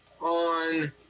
on